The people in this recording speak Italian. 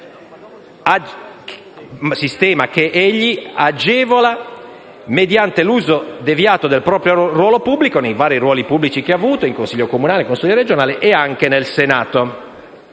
sistema che egli agevola mediante l'uso deviato del proprio ruolo pubblico, nei vari ruoli pubblici che ha avuto in consiglio comunale, consiglio regionale e anche in Senato.